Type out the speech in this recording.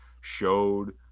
showed